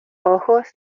ojos